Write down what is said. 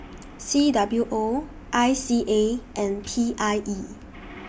C W O I C A and P I E